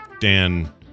dan